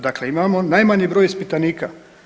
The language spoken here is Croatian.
Dakle, imamo najmanji broj ispitanika.